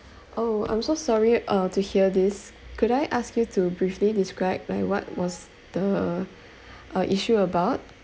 oh I'm so sorry uh to hear this could I ask you to briefly describe like what was the uh issue about